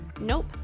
Nope